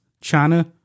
China